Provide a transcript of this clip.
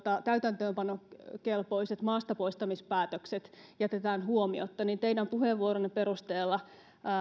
täytäntöönpanokelpoiset maastapoistamispäätökset jätetään huomiotta mutta itse asiassa teidän puheenvuoronne perusteella